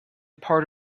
part